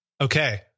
okay